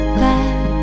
back